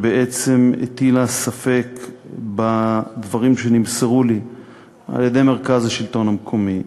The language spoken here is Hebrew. שבעצם הטילה ספק בדברים שנמסרו לי על-ידי מרכז השלטון המקומי,